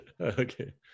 okay